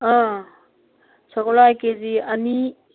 ꯑꯥ ꯁꯒꯣꯜ ꯍꯋꯥꯏ K G ꯑꯅꯤ